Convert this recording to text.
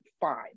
five